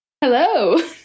Hello